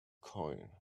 coin